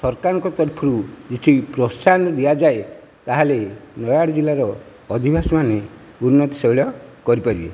ସରକାରଙ୍କ ତରଫରୁ କିଛି ପ୍ରୋତ୍ସାହନ ଦିଆଯାଏ ତା'ହେଲେ ନୟାଗଡ଼ ଜିଲ୍ଲାର ଅଧିବାସୀମାନେ ଉନ୍ନତି ଶୈଳ କରିପାରିବେ